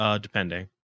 depending